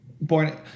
Born